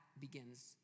begins